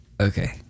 Okay